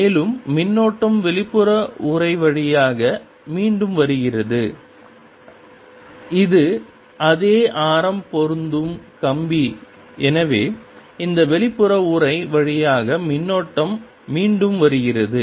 மேலும் மின்னோட்டம் வெளிப்புற உறை வழியாக மீண்டும் வருகிறது இது அதே ஆரம் பொருந்தும் கம்பி எனவே இந்த வெளிப்புற உறை வழியாக மின்னோட்டம் மீண்டும் வருகிறது